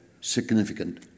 significant